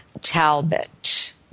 Talbot